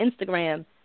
Instagram